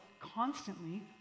constantly